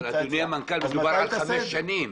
אבל, אדוני, מדובר על חמש שנים.